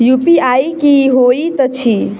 UPI की होइत अछि